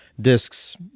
discs